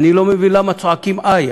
אני לא מבין למה צועקים "איי".